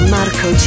Marco